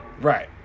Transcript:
right